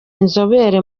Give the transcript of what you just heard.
inzobere